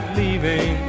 leaving